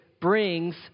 brings